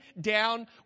down